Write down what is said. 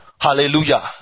Hallelujah